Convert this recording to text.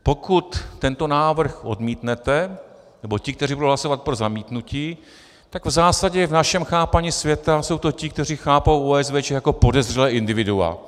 Pokud tento návrh odmítnete, nebo ti, kteří budou hlasovat pro zamítnutí, tak v zásadě v našem chápání světa jsou ti, kteří chápou OSVČ jako podezřelá individua.